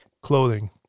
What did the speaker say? clothing